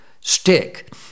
stick